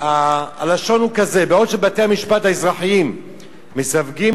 הלשון הוא כזה: "בעוד שבתי-המשפט האזרחיים מסווגים